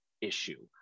issue